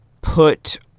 put